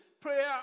prayer